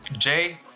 Jay